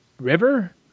river